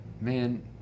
Man